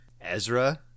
Ezra